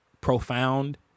profound